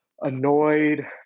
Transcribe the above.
annoyed